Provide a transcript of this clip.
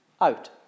out